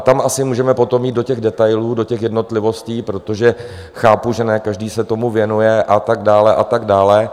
Tam asi můžeme potom jít do detailů, do těch jednotlivostí, protože chápu, že ne každý se tomu věnuje, a tak dále, a tak dále.